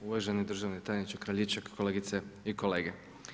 Uvaženi državni tajniče Kraljičak, kolegice i kolege.